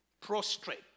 prostrate